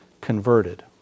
converted